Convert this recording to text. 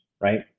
right